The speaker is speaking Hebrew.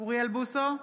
אוריאל בוסו,